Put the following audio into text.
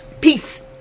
Peace